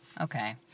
Okay